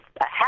half